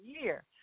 year